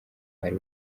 ari